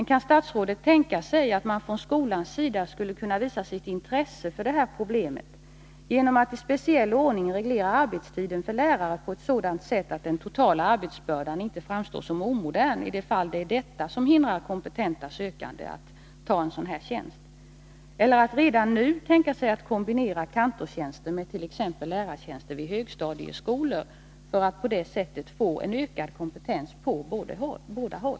Kan statsrådet tänka sig att man från skolans sida skulle kunna visa sitt intresse för de här problemen genom atti speciell ordning reglera arbetstiden för lärare på ett sådant sätt att den totala arbetsbördan inte framstår som omodern — i det fall det är detta som hindrar kompetenta sökande att ta en sådan här tjänst — eller att redan nu kombinera kantorstjänster medt.ex. lärartjänster vid högstadieskolorna, för att på det sättet få ökad kompetens på båda håll?